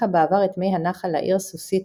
המלאכותיות שמקבלות את מימיהן מנביעה מצלעות הערוץ.